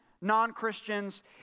non-Christians